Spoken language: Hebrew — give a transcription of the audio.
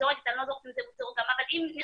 אני סתם זורקת,